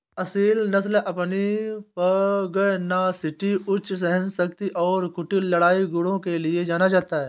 असील नस्ल अपनी पगनासिटी उच्च सहनशक्ति और कुटिल लड़ाई गुणों के लिए जाना जाता है